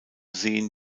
seen